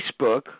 Facebook